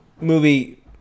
movie